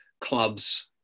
clubs